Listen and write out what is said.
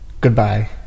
goodbye